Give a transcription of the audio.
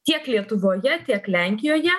tiek lietuvoje tiek lenkijoje